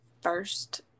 first